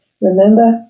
Remember